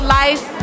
life